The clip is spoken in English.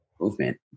movement